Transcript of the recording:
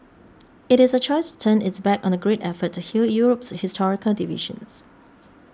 it is a choice to turn its back on the great effort to heal Europe's historical divisions